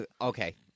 okay